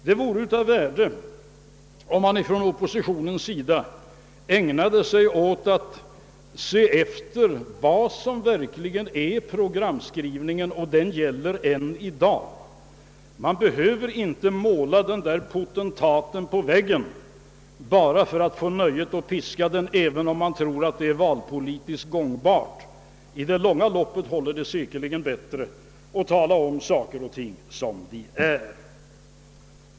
Det vore av värde om oppositionen ägnade sig åt att studera vad som verkligen står i det program som gäller än i dag. Man behöver inte måla en viss potentat på väggen bara för nöjet att få piska honom, även om man tror att det är valpolitiskt gångbart. I det långa loppet håller det säkerligen bättre om man talar om saker och ting som de är.